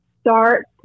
start